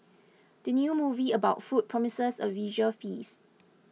the new movie about food promises a visual feast